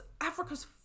Africa's